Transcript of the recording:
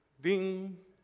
Ding